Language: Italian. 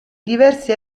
diversi